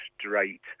straight